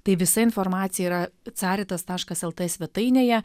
tai visa informacija yra caritas taškas lt svetainėje